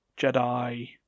Jedi